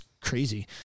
crazy